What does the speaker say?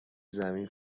زمین